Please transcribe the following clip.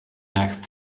next